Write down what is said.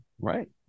Right